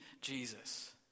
Jesus